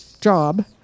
job